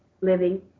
Living